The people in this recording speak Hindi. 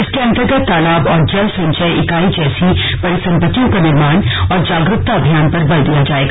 इसके अंतर्गत तलाब और जल संचय इकाई जैसी परिसम्पत्तियों का निर्माण और जागरूकता अभियान पर बल दिया जाएगा